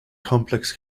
complex